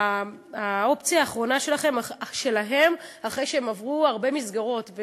האופציה האחרונה שלהם אחרי שהם עברו הרבה מסגרות.